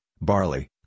barley